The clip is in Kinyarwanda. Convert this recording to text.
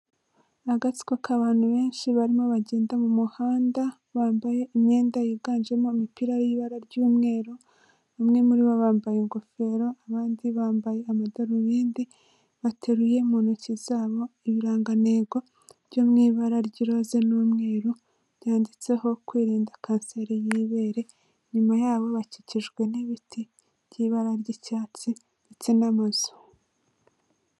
Agatsiko k'abantu benshi barimo bagenda mu muhanda bambaye imyenda yiganjemo imipira y'ibara ry'umweru, bamwe muri bo bambaye ingofero, abandi bambaye amadarubindi, bateruye mu ntoki zabo ibirangantego byo mu ibara ry'iroze n'umweru byanditseho kwirinda kanseri y'ibere, inyuma yabo bakikijwe n'ibiti by'ibara ry'icyatsi ndetse n'amazu.